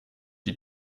die